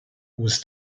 was